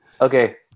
Okay